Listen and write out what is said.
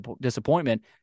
disappointment